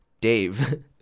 Dave